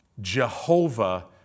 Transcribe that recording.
Jehovah